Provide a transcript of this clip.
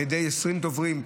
על ידי 20 דוברים.